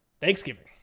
Thanksgiving